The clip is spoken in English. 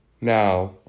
Now